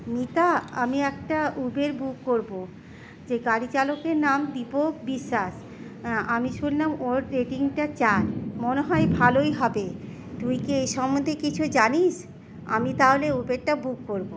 মিতা আমি একটা Uber book করবো যে গাড়ি চালকের নাম দীপক বিশ্বাস আমি শুনলাম ওর রেটিংটা চার মনে হয় ভালোই হবে তুই কি এই সম্মন্ধে কিছু জানিস আমি তাহলে উবেরটা বুক করবো